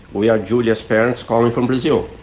we are julia's parents calling from brazil.